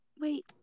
Wait